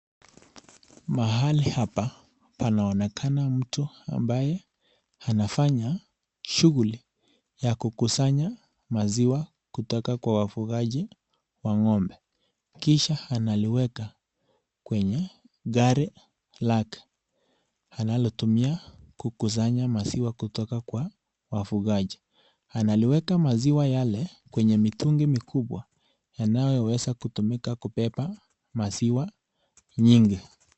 Mahali hapa panaonekana mtu ambaye anafanya shughuli ya kukusanya maziwa kutoka kwa wafugaji wa ngombe, kisha analiweka kwenye gari lake analotumia kukusanya maziwa kutoka kwa wafugaji. Analiweka maziwa yale kwenye mitungi mikubwa yanayo weza kutumika kubeba maziwa nyingi.